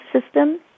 system